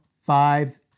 five